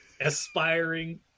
aspiring